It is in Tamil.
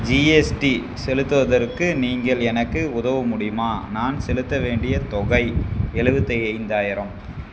ஜிஎஸ்டி செலுத்துவதற்கு நீங்கள் எனக்கு உதவ முடியுமா நான் செலுத்த வேண்டிய தொகை எலுவத்தி ஐ ஐந்தாயிரம்